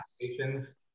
applications